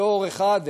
בתור אחד,